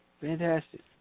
Fantastic